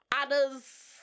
Anna's